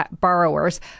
borrowers